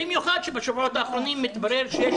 במיוחד כשבשבועות האחרונים מתברר שיש